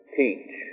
teach